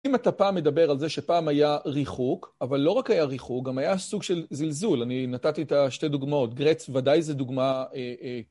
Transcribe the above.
אם אתה פעם מדבר על זה שפעם היה ריחוק, אבל לא רק היה ריחוק, גם היה סוג של זלזול. אני נתתי את השתי דוגמאות, גרץ ודאי זו דוגמה...